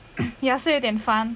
ya 是有点烦